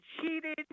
cheated